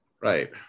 Right